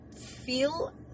feel